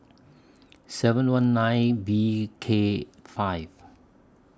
seven one nine V K five